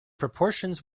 proportions